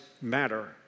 matter